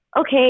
okay